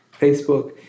Facebook